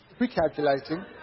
recalculating